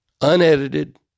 unedited